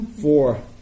Four